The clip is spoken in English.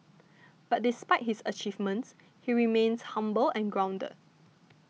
but despite his achievements he remains humble and grounded